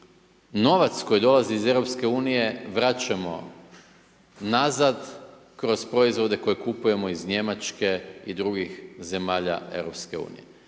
novac koji dolazi iz EU vraćamo nazad kroz proizvode koje kupujemo iz Njemačke i drugih zemalja EU.